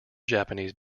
japanese